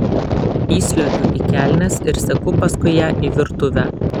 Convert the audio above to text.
įsliuogiu į kelnes ir seku paskui ją į virtuvę